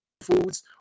foods